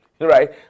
right